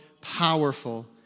powerful